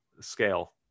scale